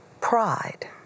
pride